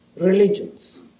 religions